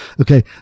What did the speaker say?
Okay